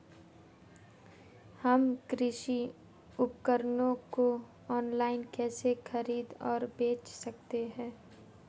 हम कृषि उपकरणों को ऑनलाइन कैसे खरीद और बेच सकते हैं?